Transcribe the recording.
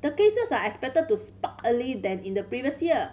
the cases are expected to spike earlier than in the previous years